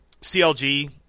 CLG